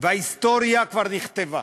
ההיסטוריה כבר נכתבה.